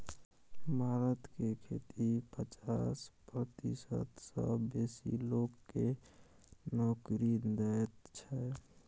भारत के खेती पचास प्रतिशत सँ बेसी लोक केँ नोकरी दैत छै